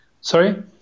Sorry